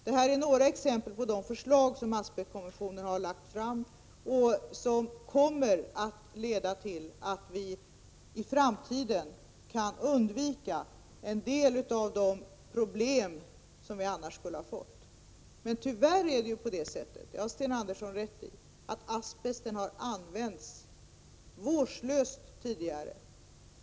Det här är några exempel på förslag som asbestkommissionen har lagt fram och som kommer att leda till att vi i framtiden kan undvika en del av de problem som vi annars skulle ha haft. Asbest har tyvärr — det har Sten Andersson i Malmö rätt i — använts vårdslöst tidigare.